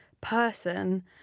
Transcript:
person